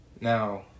Now